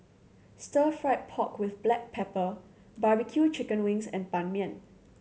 Stir Fried Pork With Black Pepper barbecue chicken wings and Ban Mian